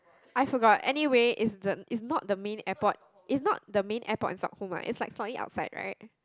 I forgot anyway it's the it's not the main airport it's not the main airport in Stockholm ah it's like slightly outside right